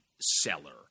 seller